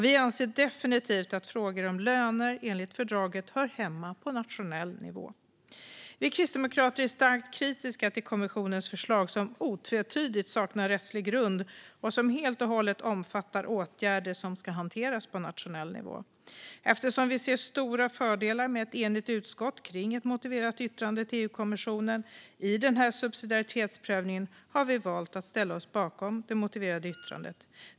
Vi anser definitivt att frågor om löner enligt fördraget hör hemma på nationell nivå. Vi kristdemokrater är starkt kritiska till kommissionens förslag, som otvetydigt saknar rättslig grund och som helt och hållet omfattar åtgärder som ska hanteras på nationell nivå. Eftersom vi ser stora fördelar med ett enigt utskott för ett motiverat yttrande till EU-kommissionen i subsidiaritetsprövningen har vi valt att ställa oss bakom det motiverade yttrandet.